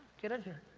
get on here.